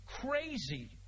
crazy